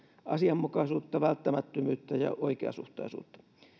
asianmukaisuutta välttämättömyyttä ja oikeasuhtaisuutta